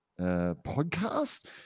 podcast